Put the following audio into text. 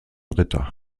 ritter